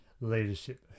leadership